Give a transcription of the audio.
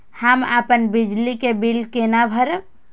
हम अपन बिजली के बिल केना भरब?